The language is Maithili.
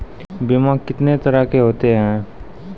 बीमा कितने तरह के होते हैं?